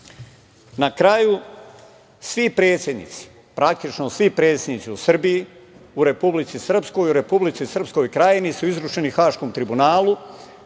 kraju svi predsednici, praktično svi predsednici u Srbiji, u Republici Srpskoj, u Republici Srpskoj Krajini su izručeni Haškom tribunalu,